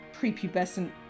prepubescent